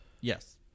Yes